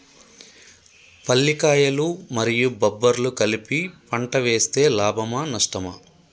పల్లికాయలు మరియు బబ్బర్లు కలిపి పంట వేస్తే లాభమా? నష్టమా?